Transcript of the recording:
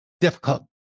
difficult